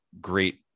great